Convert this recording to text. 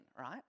right